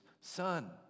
son